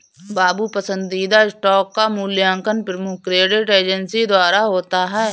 बाबू पसंदीदा स्टॉक का मूल्यांकन प्रमुख क्रेडिट एजेंसी द्वारा होता है